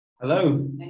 Hello